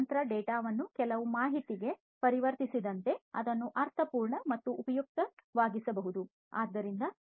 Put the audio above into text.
ಯಂತ್ರ ಡೇಟಾವನ್ನು ಕೆಲವು ಮಾಹಿತಿಗೆ ಪರಿವರ್ತಿಸಿದಂತೆ ಅದನ್ನು ಅರ್ಥಪೂರ್ಣ ಮತ್ತು ಉಪಯುಕ್ತವಾಗಿಸಬಹುದು